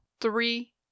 Three